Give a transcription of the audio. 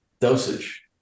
dosage